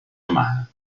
umana